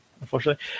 unfortunately